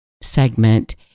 segment